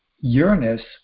Uranus